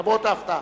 למרות ההפתעה.